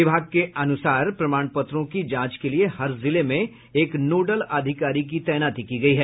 विभाग के अनुसार प्रमाण पत्रों की जांच के लिए हर जिले में एक नोडल अधिकारी की तैनाती की गयी है